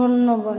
ধন্যবাদ